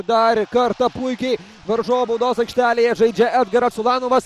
dar kartą puikiai varžovų baudos aikštelėje žaidžia edgaras ulanovas